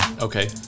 okay